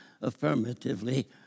affirmatively